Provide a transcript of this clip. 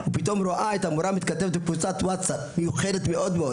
ופתאום היא רואה את המורה שלה מתכתבת בקבוצת WhatsApp מיוחדת מאוד.